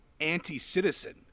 anti-citizen